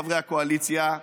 חברי הקואליציה,